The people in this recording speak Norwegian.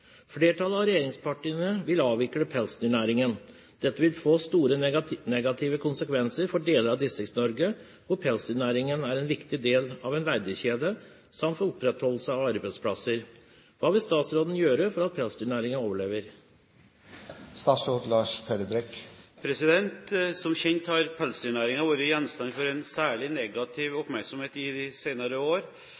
«Flertallet av regjeringspartiene vil avvikle pelsdyrnæringen. Dette vil få store negative konsekvenser for deler av Distrikts-Norge, hvor pelsdyrnæringen er en viktig del av en verdikjede, samt for opprettholdelse av arbeidsplasser. Hva vil statsråden gjøre for at pelsdyrnæringen overlever?» Som kjent har pelsdyrnæringen vært gjenstand for en særlig negativ